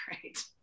great